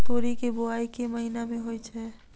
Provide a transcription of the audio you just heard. तोरी केँ बोवाई केँ महीना मे होइ छैय?